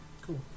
Cool